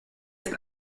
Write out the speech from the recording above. ist